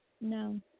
No